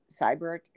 cyber